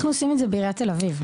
אנחנו עושים את זה בעיריית תל אביב,